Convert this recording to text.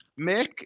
Mick